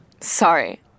Sorry